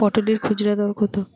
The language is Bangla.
পটলের খুচরা দর কত?